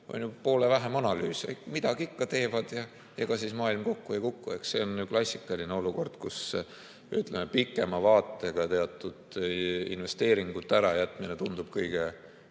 poole vähem analüüse. Midagi ikka teevad ja ega siis maailm kokku ei kuku. Eks see on klassikaline olukord, kus pikema vaatega tehtavate investeeringute ärajätmine tundub kõige